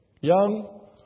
young